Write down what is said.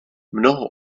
mnoho